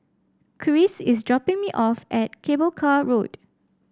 Kris is dropping me off at Cable Car Road